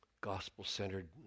gospel-centered